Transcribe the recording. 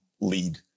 lead